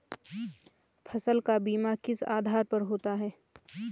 फसल का बीमा किस आधार पर होता है?